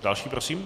Další prosím.